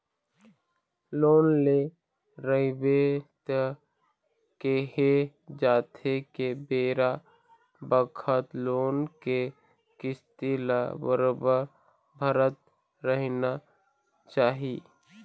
loan ले रहिबे त केहे जाथे के बेरा बखत लोन के किस्ती ल बरोबर भरत रहिना चाही